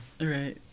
right